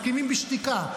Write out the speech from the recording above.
מסכימים בשתיקה,